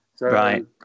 Right